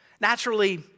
Naturally